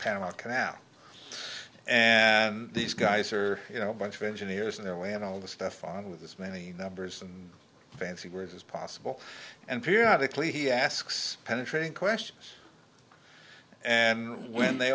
panama canal and these guys are you know bunch of engineers in their way and all this stuff on with this many numbers some fancy words as possible and periodically he asks penetrating questions and when they